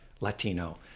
latino